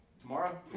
Tomorrow